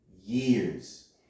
years